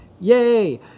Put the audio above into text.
Yay